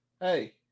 hey